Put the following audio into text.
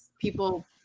people